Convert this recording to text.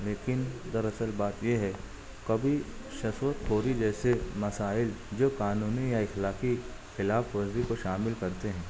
لیکن در اصل بات یہ ہے کبھی کوئی جیسے مسائل جو قانونی یا اخلاقی خلاف ورزی کو شامل کرتے ہیں